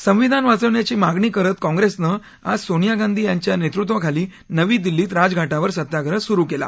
संविधान वाचवण्याची मागणी करत काँग्रेसनं आज सोनिया गांधी यांच्या नेतृत्वाखाली नवी दिल्लीत राजघाटावर सत्याप्रह सुरु केला